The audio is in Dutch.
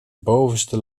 bovenste